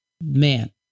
Man